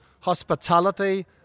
hospitality